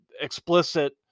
explicit